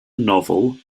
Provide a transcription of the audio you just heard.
novel